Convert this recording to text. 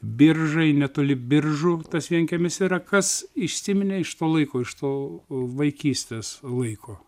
biržai netoli biržų tas vienkiemis yra kas išsiminė iš to laiko iš to vaikystės laiko